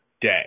day